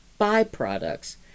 byproducts